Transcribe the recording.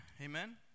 Amen